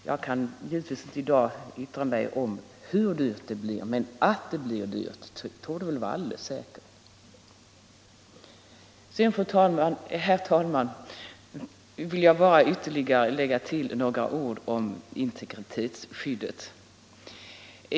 Jag kan givetvis inte i dag yttra mig om hur dyrt det blir, men att det blir dyrt torde vara alldeles säkert. Slutligen vill jag bara tillägga några ord om integritetsskyddet.